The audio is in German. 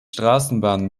straßenbahn